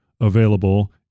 available